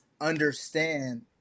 understand